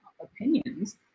opinions